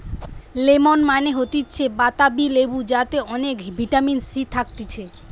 lemon মানে হতিছে বাতাবি লেবু যাতে অনেক ভিটামিন সি থাকতিছে